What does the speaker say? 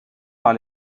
par